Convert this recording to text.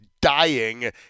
dying